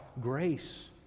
grace